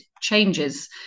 changes